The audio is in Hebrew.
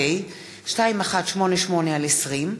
פ/2188/20,